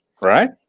right